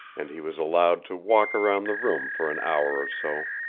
and he was allowed to walk around the room for an hour or so,